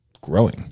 growing